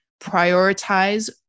prioritize